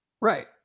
Right